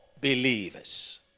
believers